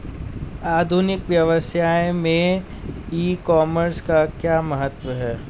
आधुनिक व्यवसाय में ई कॉमर्स का क्या महत्व है?